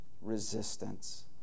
resistance